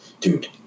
dude